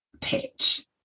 pitch